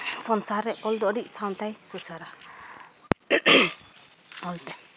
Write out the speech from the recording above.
ᱥᱚᱝᱥᱟᱨ ᱨᱮ ᱚᱞ ᱫᱚ ᱟᱹᱰᱤ ᱥᱟᱶᱛᱟᱭ ᱥᱩᱥᱟᱹᱨᱟ ᱚᱞᱛᱮ